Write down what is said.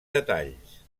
detalls